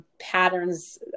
Patterns